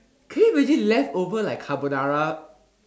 can you imagine leftover like carbonara